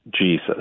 Jesus